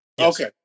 Okay